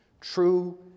true